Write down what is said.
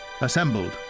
assembled